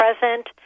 present